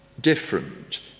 different